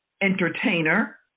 entertainer